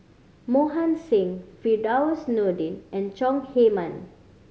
Mohan Singh Firdaus Nordin and Chong Heman